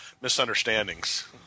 misunderstandings